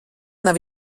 nav